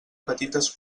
petites